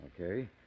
Okay